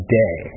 day